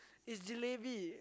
it's jalebi